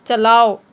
چلاؤ